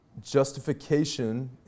justification